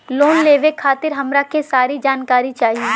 Loan लेवे खातीर हमरा के सारी जानकारी चाही?